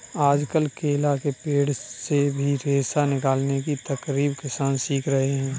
आजकल केला के पेड़ से भी रेशा निकालने की तरकीब किसान सीख रहे हैं